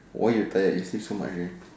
why you tired you sleep so much already